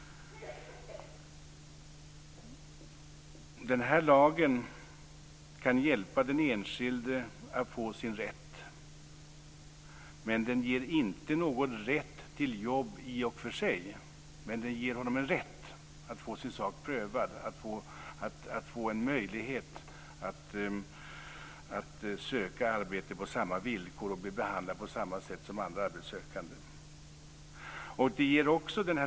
Den här lagen kan hjälpa den enskilde att få sin rätt. Den ger inte någon rätt till jobb i och för sig, men den ger en person rätt att få sin sak prövad, möjlighet att söka arbete på samma villkor och bli behandlad på samma sätt som andra arbetssökande.